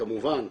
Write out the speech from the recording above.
כמובן,